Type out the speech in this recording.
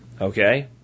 Okay